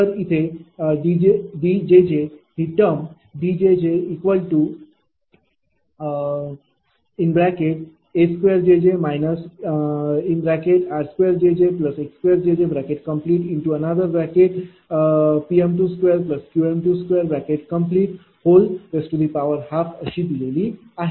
तर इथे D ही टर्म DjjA2jj r2jjx2P2m2Q2m212 अशाप्रकारे दिली आहे